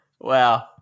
wow